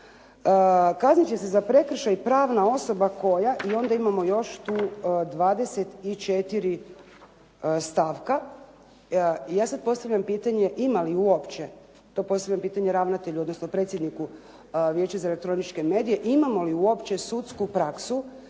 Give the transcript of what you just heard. kaznit će se za prekršaj pravna osoba koja, i onda imamo još tu 24 stavka. Ja sad postavljam pitanje ima li uopće, to postavljam pitanje ravnatelju, odnosno predsjedniku Vijeća za elektroničke medije, imamo li uopće sudsku prasku